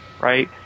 right